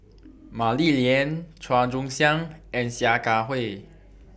Mah Li Lian Chua Joon Siang and Sia Kah Hui